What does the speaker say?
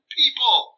people